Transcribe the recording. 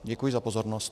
Děkuji za pozornost.